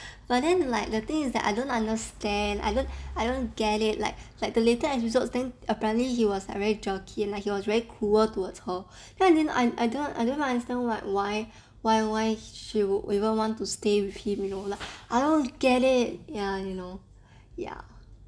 but then like the thing is that I don't understand I don't I don't get it like like the later episodes then apparently he was like very jerky like he was very cruel towards her then I didn't I don't I don't understand what why why why she would even want to stay with him you know like I don't get it ya and you know ya